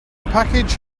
package